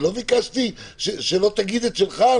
אני לא ביקשתי שלא תגיד את שלך,